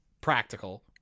practical